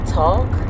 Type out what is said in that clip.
talk